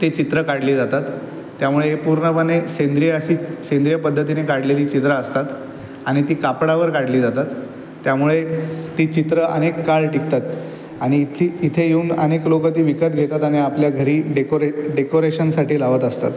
ते चित्रं काढली जातात त्यामुळे पूर्णपणे सेंद्रिय अशी सेंद्रिय पद्धतीने काढलेली चित्रं असतात आणि ती कापडावर काढली जातात त्यामुळे ती चित्रं अनेक काळ टिकतात आणि इथी इथे येऊन अनेक लोकं ती विकत घेतात आणि आपल्या घरी डेकोरे डेकोरेशनसाठी लावत असतात